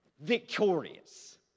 victorious